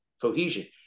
cohesion